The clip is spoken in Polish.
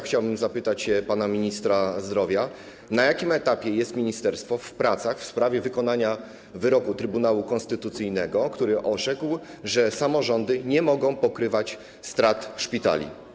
Chciałbym zapytać pana ministra zdrowia, na jakim etapie jest ministerstwo z pracami w sprawie wykonania wyroku Trybunału Konstytucyjnego, który orzekł, że samorządy nie mogą pokrywać strat szpitali.